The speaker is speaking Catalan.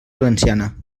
valenciana